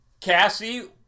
Cassie